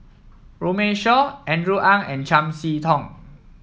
Runme Shaw Andrew Ang and Chiam See Tong